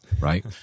right